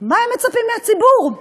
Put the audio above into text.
מה הם מצפים מהציבור?